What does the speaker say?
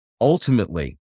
ultimately